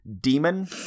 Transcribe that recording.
demon